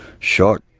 shot.